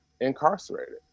incarcerated